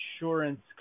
insurance